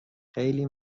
خیلی